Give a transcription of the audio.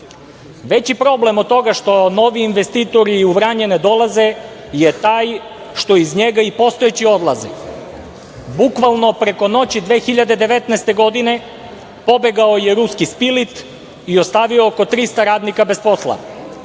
Veći problem od toga što novi investitori u Vranje ne dolaze je taj što iz njega i postojeći odlaze. Bukvalno preko noći 2019. godine pobegao je ruski „Spilit“ i ostavio oko trista radnika bez posla